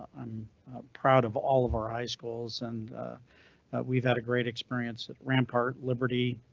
i'm proud of all of our high schools, and we've had a great experience at rampart liberty